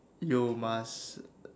you must